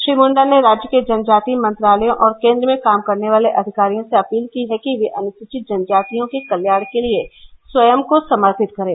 श्री मुंडा ने राज्य के जनजातीय मंत्रालयों और केंद्र में काम करने वाले अधिकारियों से अपील की है कि वे अनुसूचित जनजातियों के कल्याण के लिए स्वयं को समर्पित करें